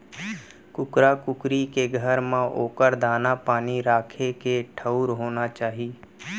कुकरा कुकरी के घर म ओकर दाना, पानी राखे के ठउर होना चाही